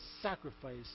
sacrifice